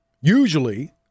Usually